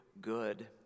good